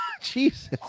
Jesus